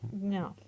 No